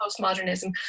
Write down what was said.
Postmodernism